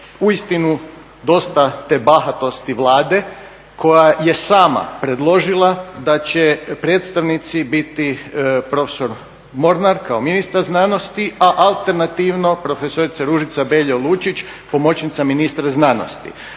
uistinu dosta te bahatosti Vlade koja je sama predložila da će predstavnici biti profesor Mornar kao ministar znanosti, a alternativno profesorica Ružica Beljo-Lučić, pomoćnica ministra znanosti.